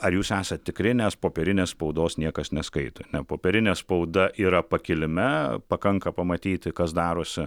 ar jūs esat tikri nes popierinės spaudos niekas neskaito ne popierinė spauda yra pakilime pakanka pamatyti kas darosi